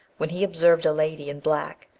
when he observed a lady in black,